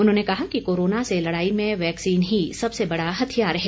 उन्होंने कहा कि कोरोना से लड़ाई में वैक्सीन ही सबसे बड़ा हथियार है